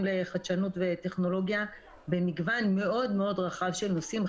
לחדשנות וטכנולוגיה במגוון מאוד רחב של נושאים,